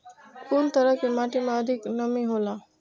कुन तरह के माटी में अधिक नमी हौला?